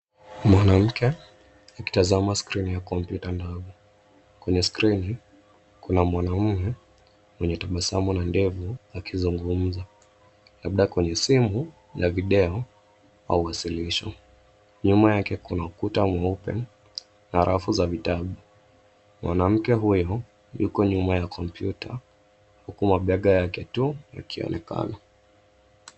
Mwanamke akitazama skrini ya kompyuta ndogo. Kwenye skrini kuna mwanamume mwenye tabasamu na ndevu akizungumza, labda kwenye simu la video au wasilisho. Nyuma yake kuna ukuta mweupe na rafu za vitabu. Mwanamke huyo yuko nyuma ya kompyuta huku mabega yake tu yakionekana.